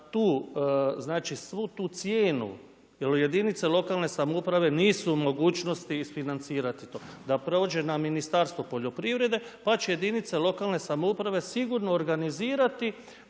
znači svu tu cijenu, jer jedinice lokalne samouprave nisu u mogućnosti isfinancirati to, da prođe na Ministarstvo poljoprivrede pa će jedinice lokalne samouprave sigurno organizirati